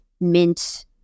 mint